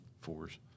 Fours